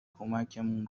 کمکمون